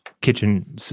kitchen